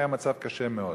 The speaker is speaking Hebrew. היה מצב קשה מאוד.